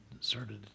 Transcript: started